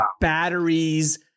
batteries